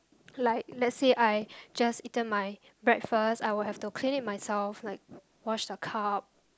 like lets say I just eaten my breakfast I will have to clean it myself like was the cup